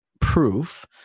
proof